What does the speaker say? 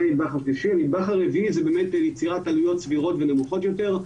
הנדבך הרביעי הוא יצירת עלויות סבירות ונמוכות יותר.